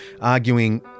arguing